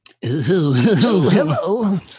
Hello